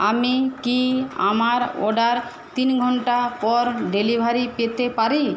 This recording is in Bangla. আমি কি আমার অর্ডার তিন ঘন্টা পর ডেলিভারি পেতে পারি